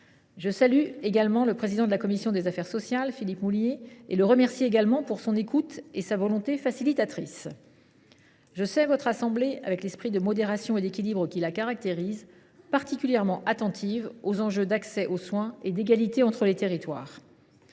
Je salue également le président de la commission des affaires sociales, Philippe Mouiller, et je le remercie également de son écoute et de sa volonté facilitatrice. Je sais votre assemblée, avec l’esprit de modération et d’équilibre qui la caractérise, particulièrement attentive aux enjeux d’accès aux soins et d’égalité entre les territoires.